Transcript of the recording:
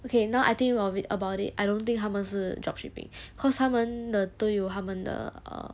okay now I think of it about it I don't think 他们是 dropshipping cause 他们的都有他们的 err